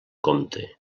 compte